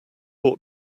ought